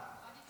נאור.